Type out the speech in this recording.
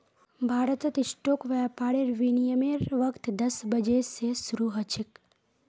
भारतत स्टॉक व्यापारेर विनियमेर वक़्त दस बजे स शरू ह छेक